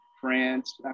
France